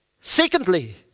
Secondly